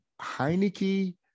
Heineke